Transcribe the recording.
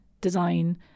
design